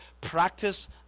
Practice